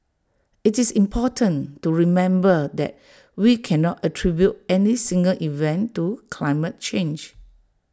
IT is important to remember that we cannot attribute any single event to climate change